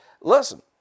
listen